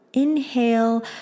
Inhale